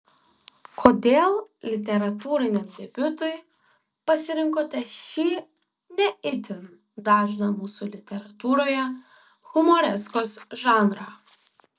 kodėl literatūriniam debiutui pasirinkote šį ne itin dažną mūsų literatūroje humoreskos žanrą